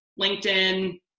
LinkedIn